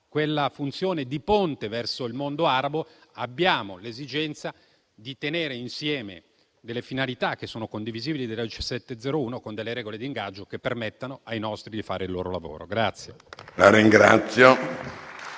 quella funzione di ponte verso il mondo arabo, abbiamo l'esigenza di tenere insieme le finalità condivisibili della risoluzione n. 1701 con delle regole di ingaggio che permettano ai nostri di fare il loro lavoro.